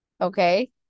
Okay